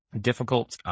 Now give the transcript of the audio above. difficult